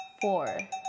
four